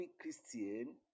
Christian